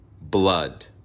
blood